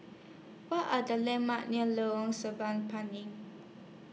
What Are The landmarks near Lorong Sireh Pinang